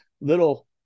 little